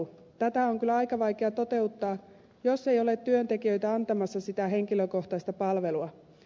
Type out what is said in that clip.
tätä on kyllä aika vaikea toteuttaa jos ei ole työntekijöitä antamassa sitä henkilökohtaista palvelua